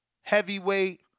heavyweight